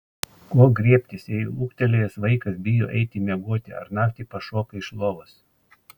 ko griebtis jei ūgtelėjęs vaikas bijo eiti miegoti ar naktį pašoka iš lovos